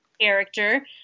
character